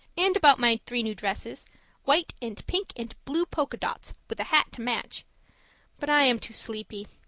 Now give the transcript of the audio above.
and about my three new dresses white and pink and blue polka dots with a hat to match but i am too sleepy.